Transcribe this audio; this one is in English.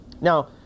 Now